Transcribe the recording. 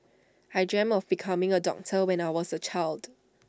I dreamt of becoming A doctor when I was A child